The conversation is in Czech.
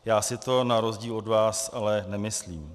Já si to na rozdíl od vás ale nemyslím.